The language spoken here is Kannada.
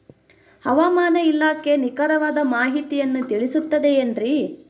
ಹವಮಾನ ಇಲಾಖೆಯ ನಿಖರವಾದ ಮಾಹಿತಿಯನ್ನ ತಿಳಿಸುತ್ತದೆ ಎನ್ರಿ?